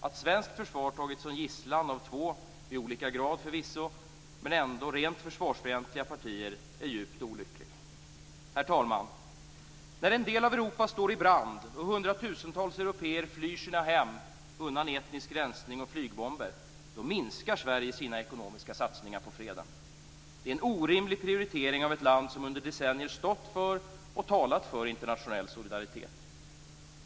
Att svenskt försvar tagits som gisslan av två - förvisso i olika grad men ändock - rent försvarsfientliga partier är djupt olyckligt. Herr talman! När en del av Europa står i brand och hundratusentals européer flyr från sina hem undan etnisk rensning och flygbomber minskar Sverige sina ekonomiska satsningar på freden. Det är en orimlig prioritering av ett land som under decennier har stått och talat för internationell solidaritet.